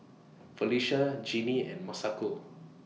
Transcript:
Felisha Jeanie and Masako